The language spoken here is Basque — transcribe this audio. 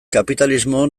kapitalismo